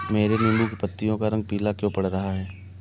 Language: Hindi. मेरे नींबू की पत्तियों का रंग पीला क्यो पड़ रहा है?